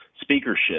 speakership